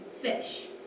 fish